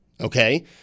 okay